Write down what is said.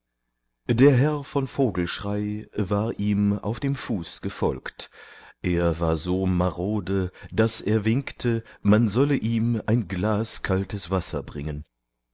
der herr von vogelschrey war ihm auf dem fuß gefolgt er war so marode daß er winkte man solle ihm ein glas kaltes wasser bringen